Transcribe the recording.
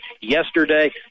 yesterday